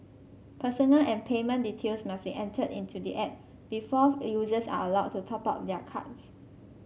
personal and payment details must be entered into the app before users are allowed to top up their cards